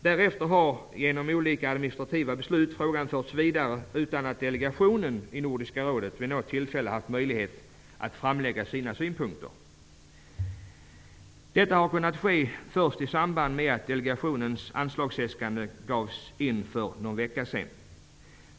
Därefter har frågan genom olika administrativa beslut förts vidare utan att delegationen i Nordiska rådet vid något tillfälle haft möjlighet att framlägga sina synpunkter. Detta har kunnat ske först i samband med att delegationens anslagsäskande för någon vecka sedan lämnades in.